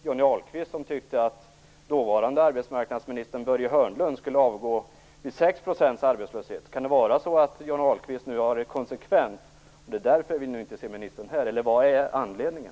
Johnny Ahlqvist tyckte ju att den tidigare arbetsmarknadsministern Börje Hörnlund skulle avgå när arbetslösheten var 6 %. Kan det vara så att Johnny Ahlqvist är konsekvent och att vi därför inte ser ministern här, eller vad är anledningen?